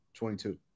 22